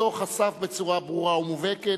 הדוח חשף, בצורה ברורה ומובהקת,